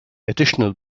additional